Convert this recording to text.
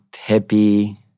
happy